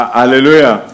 hallelujah